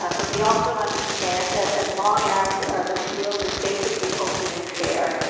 ah but we also understand that, as long as the field is basically open and fair,